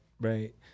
right